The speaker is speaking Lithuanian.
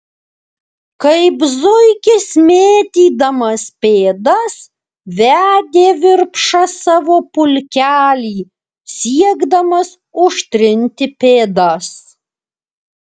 kaip zuikis mėtydamas pėdas vedė virpša savo pulkelį siekdamas užtrinti pėdas